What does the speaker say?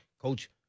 Coach